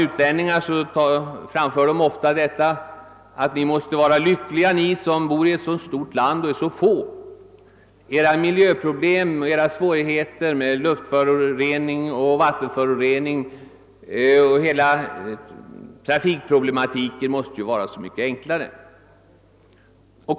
Utlänningar säger ofta att vi måste vara lyckliga som bor i ett så stort land och är så få — våra miljöproblem, våra svårigheter med luftoch vattenföroreningar och hela trafikproblematiken måste vara så mycket enklare än på andra håll.